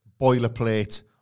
boilerplate